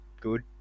good